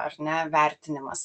ar ne vertinimas